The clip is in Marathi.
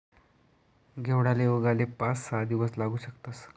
घेवडाले उगाले पाच सहा दिवस लागू शकतस